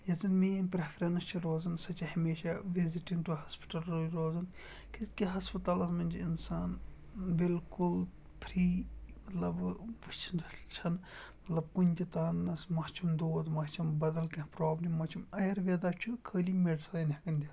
یۄس زَن مین پرٛیٚفرَنٕس چھِ روزان سۄ چھِ ہمیشہ وِزِٹِنٛگ ٹُہ ہاسپِٹَلٕے روزان کیازِکہ ہسپَتالَس منٛز چھِ اِنسان بالکل فرٛی مطلب وٕچھنہٕ چھن مطلب کُنہِ تہِ تانَس مَہ چھُم دود مَہ چھَم بَدل کینٛہہ پرٛابلِم مہ چھِم آیرویدا چھُ خٲلی میٚڈِسَن ہیٚکان دِتھ